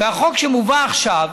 והחוק שמובא עכשיו